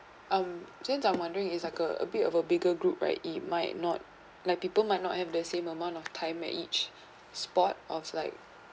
um since I'm wondering is like a bit of a bigger group right it might not like people might not have the same amount of time at each spot of like